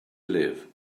live